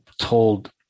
told